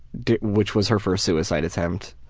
which was her first suicide attempt,